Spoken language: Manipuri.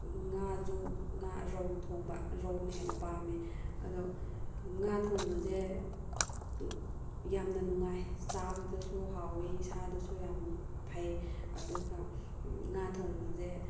ꯉꯥꯁꯨ ꯉꯥ ꯔꯧ ꯊꯣꯡꯕ ꯔꯧꯅ ꯍꯦꯟꯅ ꯄꯥꯝꯃꯤ ꯑꯗꯣ ꯉꯥ ꯊꯣꯡꯕꯁꯦ ꯌꯥꯝꯅ ꯅꯨꯡꯉꯥꯏ ꯆꯥꯕꯗꯁꯨ ꯍꯥꯎꯋꯤ ꯏꯁꯥꯗꯁꯨ ꯌꯥꯝ ꯐꯩ ꯑꯗꯨꯒ ꯉꯥ ꯊꯣꯡꯕꯁꯦ